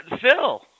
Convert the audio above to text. Phil